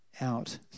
out